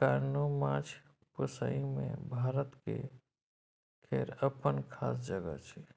कारणेँ माछ पोसइ मे भारत केर अप्पन खास जगह छै